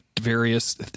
various –